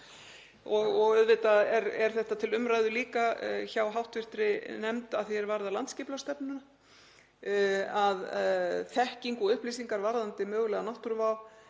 Og auðvitað er þetta líka til umræðu hjá hv. nefnd að því er varðar landsskipulagsstefnuna, að þekking og upplýsingar varðandi mögulega náttúruvá